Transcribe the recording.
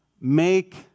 make